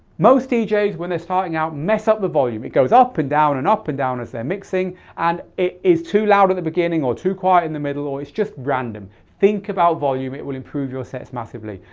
most djs when they're starting out, mess up the volume. it goes up and down and up and down as they're mixing and it is too loud at the beginning or too quiet in the middle or it's just random. think about volume, it will improve your sets massively.